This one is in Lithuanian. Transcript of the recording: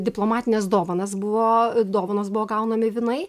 diplomatinės dovanas buvo dovanos buvo gaunami vynai